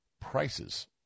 Prices